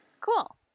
Cool